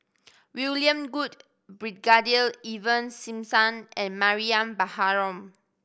William Goode Brigadier Ivan Simson and Mariam Baharom